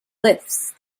lifts